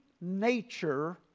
nature